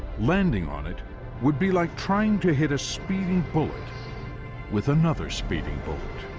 landing on it would be like trying to hit a speeding bullet with another speeding bullet.